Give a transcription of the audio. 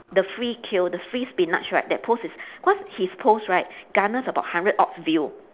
the free kill the free spinach right that post is because his post right garner about hundred odd views